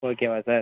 ஓகேவா சார்